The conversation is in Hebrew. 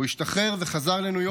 הוא השתחרר וחזר לניו יורק,